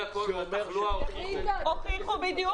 --- נתוני התחלואה הוכיחו.